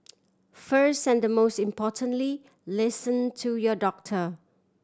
first and most importantly listen to your doctor